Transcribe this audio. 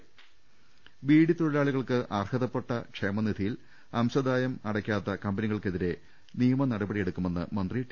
രദേഷ്ടെടു ബീഡി തൊഴിലാളികൾക്ക് അർഹതപ്പെട്ട ക്ഷേമനിധിയിൽ അംശാദായം അടയ്ക്കാത്ത കമ്പനികൾക്കെതിരെ നിയമ നടപടിയെടുക്കുമെന്ന് മന്ത്രി ടി